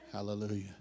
hallelujah